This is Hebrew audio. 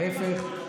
להפך.